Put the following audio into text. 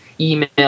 email